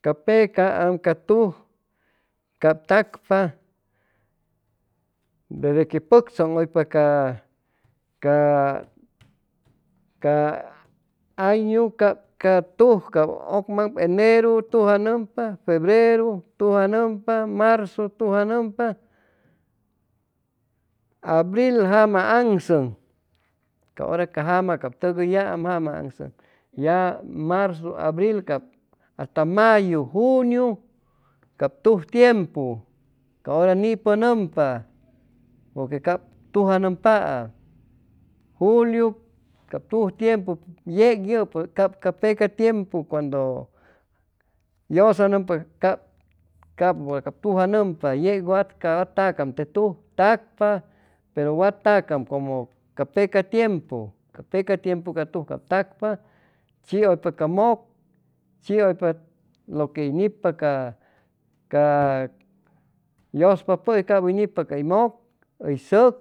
Ca pecaam ca tuj cap tacpa desde que pʉctzʉŋʉypa ca ca ca añu cap ca tuj cap ʉcmaŋpa eneru tujanʉmpa febreru tujanʉmpa, marzu tujanʉmpa, abril jama aŋsʉŋ ca hora ca jama cap tʉgʉyaam jama aŋsʉn ya marzu. abril cap hasta mayu, juniu cap tuj tiempu ca hora nipʉnʉmpa porquecap tujanʉmpaam juliu cap tujtiempu yec yʉpʉ cap ca peca tiepu cuando yʉsanʉmpa capʉbora cap tujanʉmpa yec watca wa tacaam te tuj tacpa pero wa tacaam como ca peca tiempu peca tiempu ca tuj cap tacpa chiʉypa ca mʉc chiʉypa lo que hʉy nipa ca ca yʉspapʉi cap hʉy nippa cay mʉk, hʉy sʉc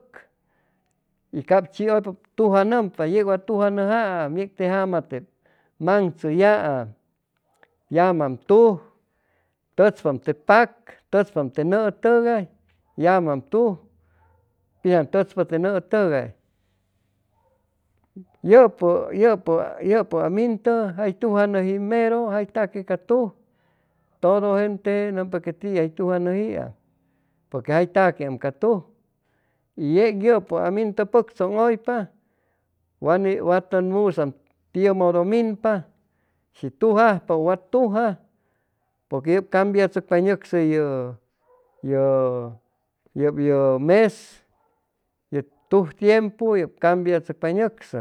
y cap chiʉypa tujanʉmpa yec wa tujanʉjaam yec te jama maŋtzʉyaam yamaam tuj tʉchpam te pak tʉchpam te nʉʉ tʉgay yamaam tj pitzaŋ tʉchpa te nʉʉ tʉgay yʉpʉ yʉpʉ yʉpʉ amintʉ jay tujanʉi mero jay taque ca tuj todo gente nʉmpa que ti jay tujanʉjiam porque jay taqueam ca tuj y yec yʉpu amintʉ pʉctzʉmʉypa wa ni wa tʉn musaam tiʉmodo minpa shi tujajpa ʉ wa tuja porque yʉp cambiatzʉcpa hʉy nʉcsʉ yʉ yʉ yʉpyʉ mes ye tuj tiempu yʉp cambiatzʉcpa hʉy nʉcsʉ